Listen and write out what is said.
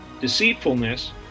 deceitfulness